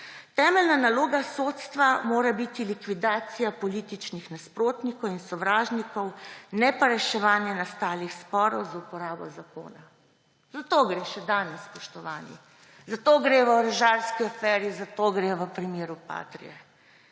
»Temeljna naloga sodstva mora biti likvidacija političnih nasprotnikov in sovražnikov, ne pa reševanja nastalih sporov z uporabo zakona.« Za to gre še danes, spoštovani. Zato gre v orožarski aferi, za to gre v primeru Patria.